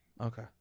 Okay